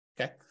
Okay